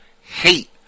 hate